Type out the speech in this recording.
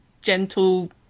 gentle